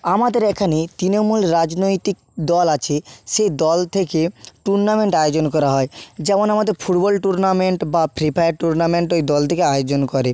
আমাদের এখানে তৃণমূল রাজনৈতিক দল আছে সে দল থেকে টুর্নামেন্ট আয়োজন করা হয় যেমন আমাদের ফুটবল টুর্নামেন্ট বা ফ্রি ফায়ার টুর্নামেন্ট ওই দল থেকে আয়োজন করে